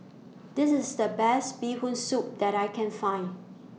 This IS The Best Bee Hoon Soup that I Can Find